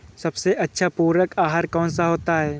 सबसे अच्छा पूरक आहार कौन सा होता है?